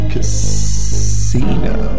Casino